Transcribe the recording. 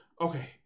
Okay